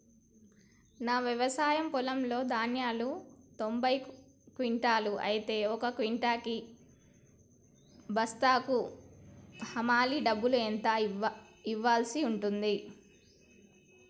నా వ్యవసాయ పొలంలో ధాన్యాలు తొంభై క్వింటాలు అయితే ఒక క్వింటా బస్తాకు హమాలీ డబ్బులు ఎంత ఇయ్యాల్సి ఉంటది?